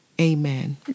amen